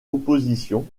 opposition